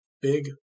big